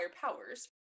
powers